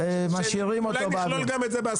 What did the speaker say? מכלל הן לומדים לא.